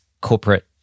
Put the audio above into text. corporate